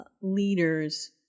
leaders